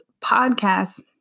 Podcast